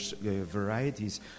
varieties